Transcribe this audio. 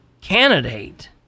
candidate